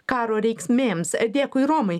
karo reiksmėms dėkui romai